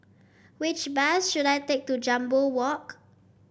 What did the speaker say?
which bus should I take to Jambol Walk